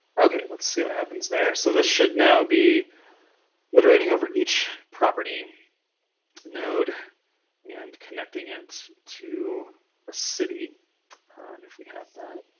okay, let's see what happens there. so this should now be iterating over each property node and connecting it to a city if we have that.